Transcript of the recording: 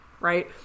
Right